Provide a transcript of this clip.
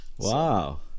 Wow